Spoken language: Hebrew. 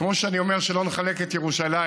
כמו שאני אומר שלא נחלק את ירושלים,